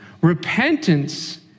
Repentance